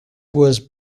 was